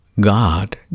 God